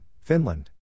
Finland